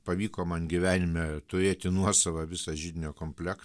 pavyko man gyvenime turėti nuosavą visą židinio komplektą